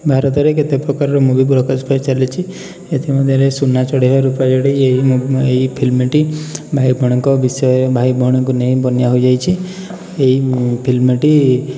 ଭାରତରେ କେତେ ପ୍ରକାରର ମୁଭି ପ୍ରକାଶ ପାଇଚାଲିଛି ଏଥିମଧ୍ୟରେ ସୁନା ଚଢ଼େଇ ବା ରୂପା ଚଢ଼େଇ ଏହି ମୁଭ ଏହି ଫିଲ୍ମି୍ଟି ଭାଇ ଭଉଣୀଙ୍କ ବିଷୟରେ ଭାଇ ଭଉଣୀଙ୍କୁ ନେଇ ବନିଆ ହେଇଯାଇଛି ଏହି ଫିଲ୍ମି୍ଟି